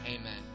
amen